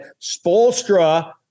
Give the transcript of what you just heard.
spolstra